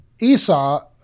Esau